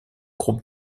groupe